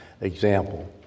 example